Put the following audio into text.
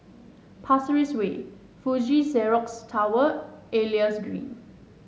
Pasir Ris Way Fuji Xerox Tower and Elias Green